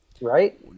right